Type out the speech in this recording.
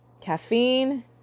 caffeine